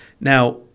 Now